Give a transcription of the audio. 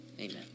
Amen